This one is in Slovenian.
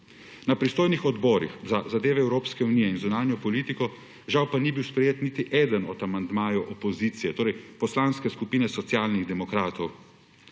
Na pristojnih odborih, za zadeve Evropske unije in zunanjo politiko, žal ni bil sprejet niti eden od amandmajev opozicije, torej Poslanske skupine Socialnih demokratov.